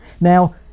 Now